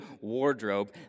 wardrobe